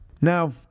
Now